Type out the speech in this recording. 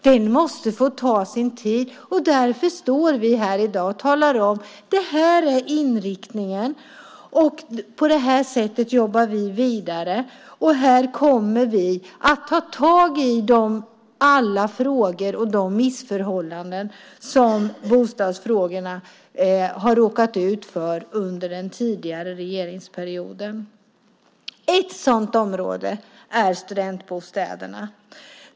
Det här måste få ta sin tid, och därför står vi här i dag och talar om att det här är inriktningen, att vi jobbar vidare på det här sättet och att vi här kommer att ta tag i alla de frågor och de missförhållanden som bostadsfrågorna har råkat ut för under den tidigare regeringsperioden. Ett sådant område är studentbostäderna.